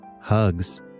Hugs